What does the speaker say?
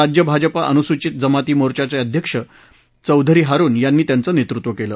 राज्य भाजप अनुसूचित जमाती मोर्चाचे अध्यक्ष चौधरी हरुन यांनी त्यांचं नेतृत्व केलं